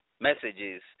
messages